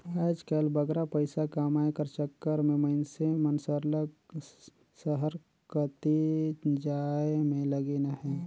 आएज काएल बगरा पइसा कमाए कर चक्कर में मइनसे मन सरलग सहर कतिच जाए में लगिन अहें